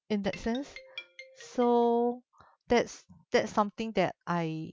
in that sense so that's that's something that I